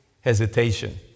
hesitation